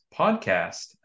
podcast